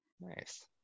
Nice